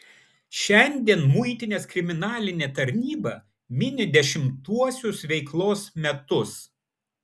šiandien muitinės kriminalinė tarnyba mini dešimtuosius veiklos metus